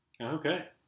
okay